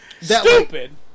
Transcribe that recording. Stupid